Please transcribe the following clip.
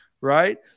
Right